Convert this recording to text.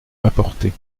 m’apporter